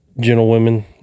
gentlewomen